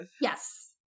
yes